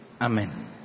Amen